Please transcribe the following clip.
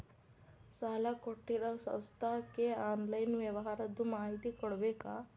ಸಾಲಾ ಕೊಟ್ಟಿರೋ ಸಂಸ್ಥಾಕ್ಕೆ ಆನ್ಲೈನ್ ವ್ಯವಹಾರದ್ದು ಮಾಹಿತಿ ಕೊಡಬೇಕಾ?